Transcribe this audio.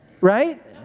right